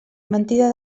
mentida